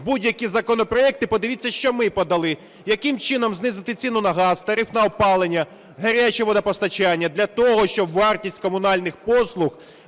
будь-які законопроекти, подивіться, що ми подали. Яким чином знизити ціну на газ, тариф на опалення, гаряче водопостачання для того, щоб вартість комунальних послуг